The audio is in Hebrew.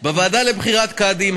בוועדה לבחירת קאדים,